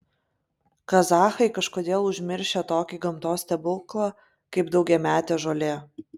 kazachai kažkodėl užmiršę tokį gamtos stebuklą kaip daugiametė žolė